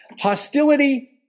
hostility